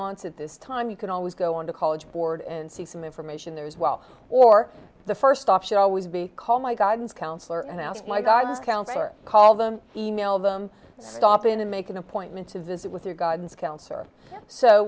at this time you can always go on to college board and see some information there as well or the first option always be call my guidance counselor and ask my guidance counselor call them e mail them stop in and make an appointment to visit with your guidance counselor so